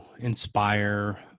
inspire